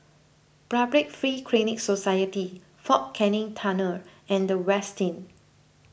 Public Free Clinic Society fort Canning Tunnel and the Westin